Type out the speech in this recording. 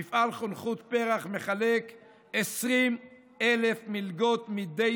מפעל חונכות פר"ח מחלק 20,000 מלגות מדי